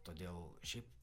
todėl šiaip